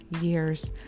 years